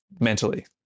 mentally